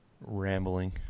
rambling